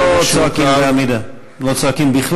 לא צועקים בעמידה.